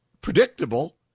predictable